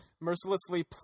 mercilessly